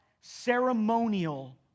Ceremonial